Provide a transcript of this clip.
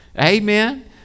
Amen